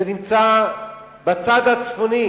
זה נמצא בצד הצפוני